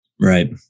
Right